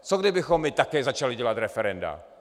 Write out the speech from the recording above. Co kdybychom také začali dělat referenda?